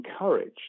encouraged